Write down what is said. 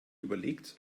überlegt